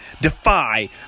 Defy